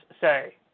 say